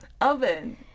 oven